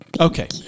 Okay